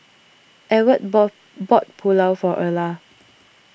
Ewart bought bought Pulao for Erla